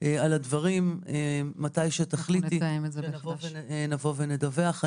על הדברים, מתי שתחליטי נבוא ונדווח.